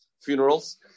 funerals